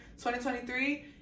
2023